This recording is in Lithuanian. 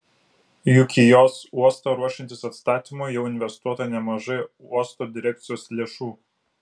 juk į jos uostą ruošiantis atstatymui jau investuota nemažai uosto direkcijos lėšų